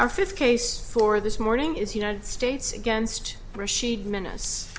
our fifth case for this morning is united states against rasheed minutes